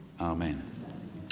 Amen